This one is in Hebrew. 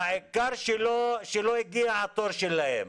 העיקר שלא הגיע התור שלהם.